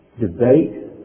debate